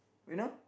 you know